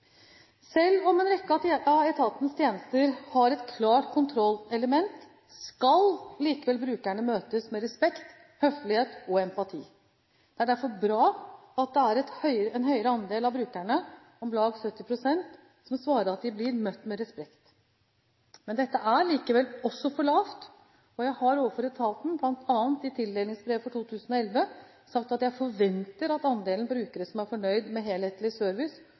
Selv om en rekke av etatens tjenester har et klart kontrollelement, skal likevel brukerne møtes med respekt, høflighet og empati. Det er derfor bra at det er en høyere andel av brukerne, om lag 70 pst., som svarer at de blir møtt med respekt. Men dette er likevel også for lavt, og jeg har overfor etaten bl.a. i tildelingsbrev for 2011, sagt at jeg forventer at andelen brukere som er fornøyd med helhetlig service,